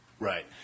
Right